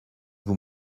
vous